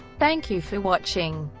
thank you for watching.